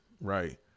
right